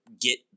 get